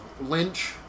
Lynch